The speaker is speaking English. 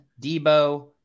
Debo